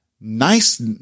nice